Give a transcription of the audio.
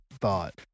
thought